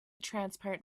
transparent